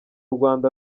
rwanda